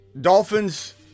Dolphins